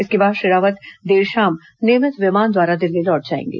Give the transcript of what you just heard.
इसके बाद श्री रावत देर शाम नियमित विमान द्वारा दिल्ली लौट जाएंगे